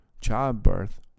childbirth